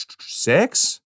six